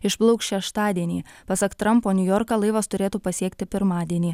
išplauks šeštadienį pasak trampo niujorką laivas turėtų pasiekti pirmadienį